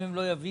אם הם לא יביאו,